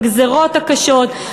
בגזירות הקשות.